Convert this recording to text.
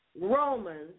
Romans